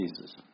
Jesus